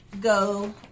go